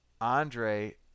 Andre